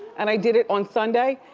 and i did it on sunday,